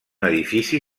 edifici